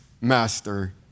master